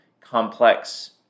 complex